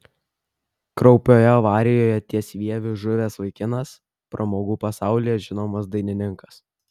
kraupioje avarijoje ties vieviu žuvęs vaikinas pramogų pasaulyje žinomas dainininkas